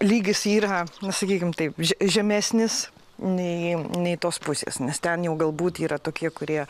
lygis yra sakykim taip žemesnis nei nei tos pusės nes ten jau galbūt yra tokie kurie